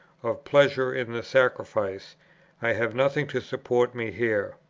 of pleasure in the sacrifice i have nothing to support me here.